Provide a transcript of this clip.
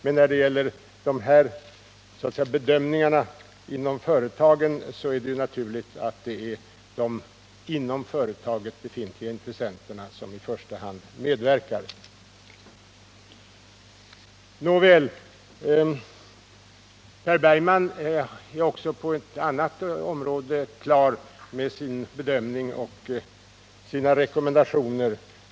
Men när det gäller de här bedömningarna inom företagen är det naturligt att det är de inom företaget befintliga intressenterna som i första hand medverkar. Nåväl, Per Bergman är också på ett annat område klar med sin bedömning och sina rekommendationer.